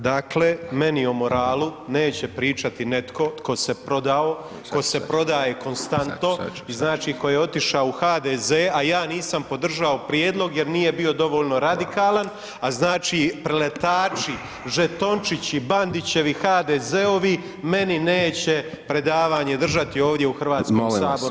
Dakle, meni o moralu neće pričati netko tko se prodao, tko se prodaje konstantno, znači koji je otišao u HDZ a ja nisam podržao prijedlog jer nije bio dovoljno radikalan a znači preletači, žetončići, Bandićevi HDZ-ovi meni neće predavanje držati ovdje u Hrvatskom saboru.